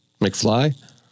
McFly